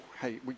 hey